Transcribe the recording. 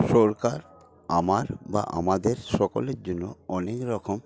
সরকার আমার বা আমাদের সকলের জন্য অনেক রকম